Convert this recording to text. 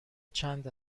چند